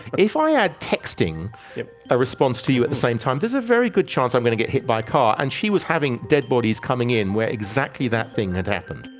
if i add texting a response to you at the same time, there is a very good chance i'm going to get hit by a car. and she was having dead bodies coming in where exactly that thing had happened.